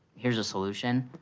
here's a solution,